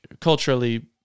culturally